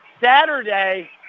Saturday